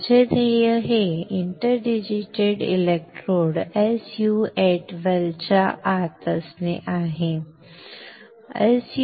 माझे ध्येय हे इंटरडिजिटेटेड इलेक्ट्रोड्स SU 8 वेल च्या आत असणे आहे बरोबर